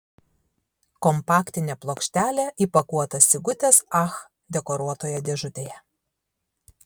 kompaktinė plokštelė įpakuota sigutės ach dekoruotoje dėžutėje